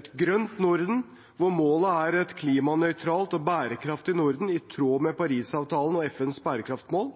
Et grønt Norden, hvor målet er et klimanøytralt og bærekraftig Norden i tråd med Parisavtalen og FNs bærekraftsmål